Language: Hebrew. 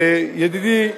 ידידי,